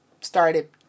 started